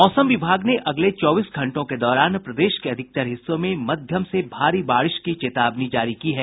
मौसम विभाग ने अगले चौबीस घंटों के दौरान प्रदेश के अधिकतर हिस्सों में मध्यम से भारी बारिश की चेतावनी जारी की है